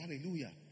Hallelujah